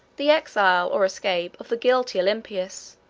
the exile, or escape, of the guilty olympius,